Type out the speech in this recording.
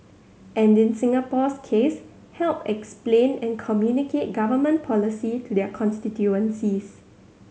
and in Singapore's case help explain and communicate Government policy to their constituencies